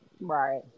Right